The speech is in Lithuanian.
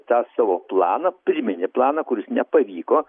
tą savo planą pirminį planą kuris nepavyko